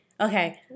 okay